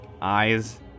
eyes